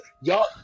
Y'all